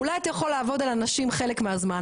אולי אתה יכול לעבוד על אנשים חלק מהזמן,